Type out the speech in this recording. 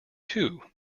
two